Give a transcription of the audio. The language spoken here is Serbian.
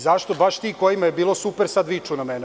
Zašto baš ti kojima je bilo super sada viču na mene?